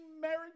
marriage